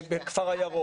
הכפר הירוק.